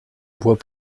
bois